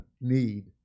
need